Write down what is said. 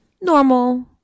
Normal